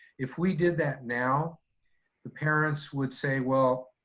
if we did that now the parents would say, well,